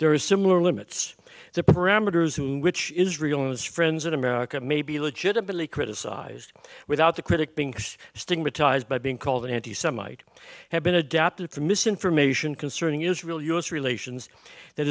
there is similar limits the parameters whom which israel is friends in america may be legitimately criticized without the critic being stigmatized by being called an anti semite have been adapted for misinformation concerning israel u s relations that